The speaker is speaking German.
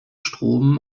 strom